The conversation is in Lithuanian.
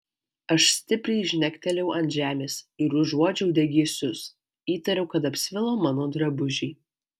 aš stipriai žnektelėjau ant žemės ir užuodžiau degėsius įtariau kad apsvilo mano drabužiai